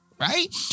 right